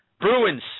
Bruins